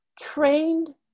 trained